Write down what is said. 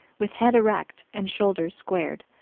with head erect and shoulders squared,